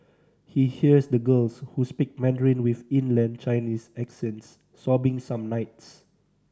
he hears the girls who speak Mandarin with inland Chinese accents sobbing some nights